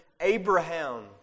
Abraham